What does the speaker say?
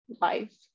life